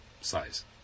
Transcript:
size